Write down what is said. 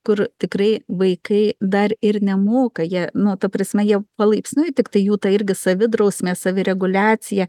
kur tikrai vaikai dar ir nemoka jie nu ta prasme jie palaipsniui tiktai jų ta irgi savidrausmė savireguliacija